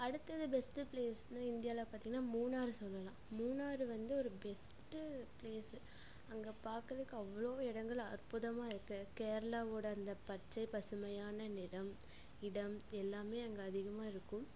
அடுத்தது பெஸ்ட் பிளேஸ்னால் இந்தியாவில பார்த்திங்னா மூணாரை சொல்லலாம் மூணார் வந்து ஒரு பெஸ்ட் பிளேஸ் அங்கே பார்க்குறக்கு அவ்வளோ இடங்கள் அற்புதமாக இருக்குது கேரளாவோட அந்த பச்சை பசுமையான நிறம் இடம் எல்லாமே அங்கே அதிகமாக இருக்கும்